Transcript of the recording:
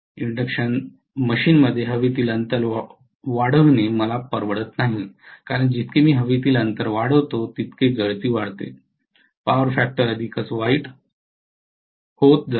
induction मशीनमध्ये हवेतील अंतर वाढविणे मला परवडत नाही कारण जितके मी हवेतील अंतर वाढवितो तितके गळती वाढते पॉवर फॅक्टर अधिकच वाईट होत जाईल